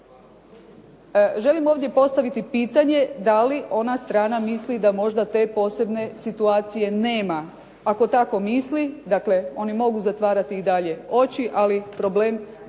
Želim postaviti pitanje da li ona strana misli da možda te posebne situacije nema. Ako tako misli, dakle oni mogu zatvarati i dalje oči, ali problem zbog